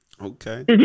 Okay